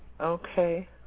Okay